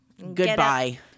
Goodbye